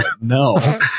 No